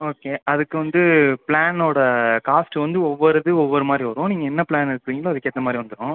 okay அதுக்கு வந்து பிளானோட காஸ்ட்டு வந்து ஒவ்வொரு இது ஒவ்வொரு மாதிரி வரும் நீங்கள் என்ன ப்ளான் எடுப்பீங்களோ அதுக்கேற்ற மாதிரி வந்துடும்